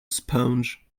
sponge